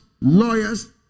lawyers